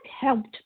helped